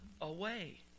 away